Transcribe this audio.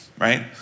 right